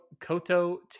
Koto